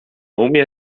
umie